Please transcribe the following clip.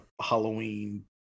halloween